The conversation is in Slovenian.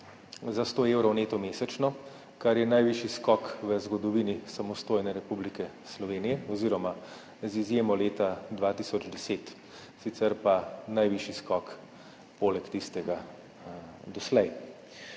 za 100 evrov neto mesečno, kar je najvišji skok v zgodovini samostojne Republike Slovenije oziroma z izjemo leta 2010, sicer pa najvišji skok poleg tistega doslej.